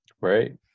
right